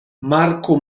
marco